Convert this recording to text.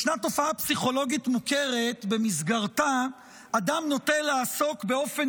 ישנה תופעה פסיכולוגית מוכרת שבמסגרתה אדם נוטה לעסוק באופן